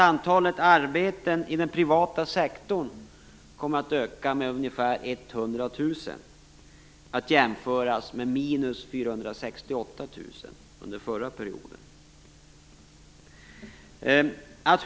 Antalet arbeten i den privata sektorn kommer att öka med ungefär 100 000, att jämföras med minus 468 000 under den förra perioden.